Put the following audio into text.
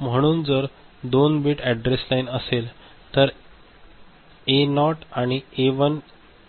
म्हणून जर 2 bit address line असेल तर ए नॉट आणि ए 1